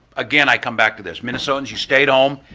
again, i come back to this. minnesotans, you stayed home,